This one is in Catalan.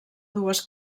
dues